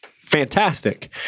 fantastic